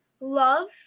love